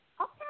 Okay